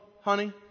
Honey